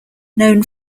known